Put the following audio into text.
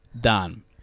Done